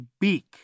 beak